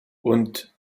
und